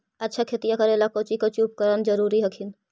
अच्छा खेतिया करे ला कौची कौची उपकरण जरूरी हखिन?